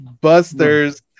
busters